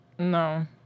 No